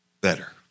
better